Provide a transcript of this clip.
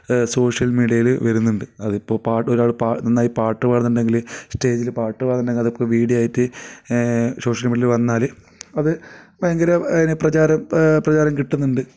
social മീഡിയയിൽ വരുന്നുണ്ട് അതിപ്പോൾ പാട്ട് ഒരാൾ പാ നന്നായി പാട്ടു പാടുന്നുണ്ടെങ്കിൽ സ്റ്റേജിൽ പാട്ട് പാടുന്നുണ്ടെങ്കിൽ അതിപ്പോൾ വീഡിയോ ആയിട്ട് സോഷ്യൽ മീഡിയയിൽ വന്നാൽ അതു ഭയങ്കര അതിമു പ്രചാരം പ്രചാരം കിട്ടുന്നുണ്ട്